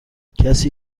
کسی